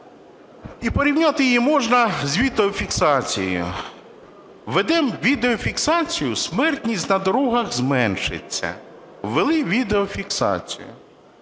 і порівняти її можна з відеофіксацією. Введемо відеофіксацію - смертність на дорогах зменшиться. Ввели відеофіксацію.